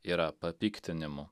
yra papiktinimu